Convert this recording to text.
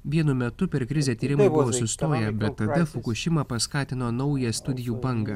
vienu metu per krizę tyrimai sustoję bendrai fukušima paskatino naują studijų bangą